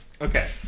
Okay